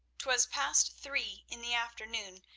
twas past three in the afternoon,